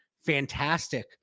fantastic